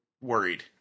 worried